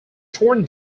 torn